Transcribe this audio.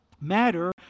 matter